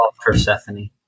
Persephone